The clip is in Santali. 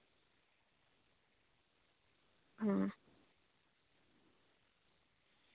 ᱦᱩᱸ